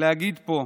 ולהגיד פה,